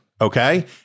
Okay